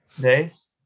days